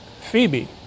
Phoebe